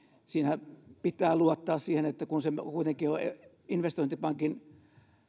siinä pitää luottaa siihen kun se kuitenkin on investointipankin